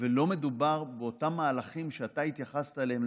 ולא מדובר באותם מהלכים שאתה התייחסת אליהם,